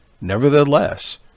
nevertheless